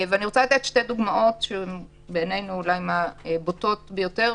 אני רוצה לתת שתי דוגמאות שבעינינו הן מהבולטות ביותר: